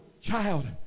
child